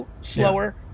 slower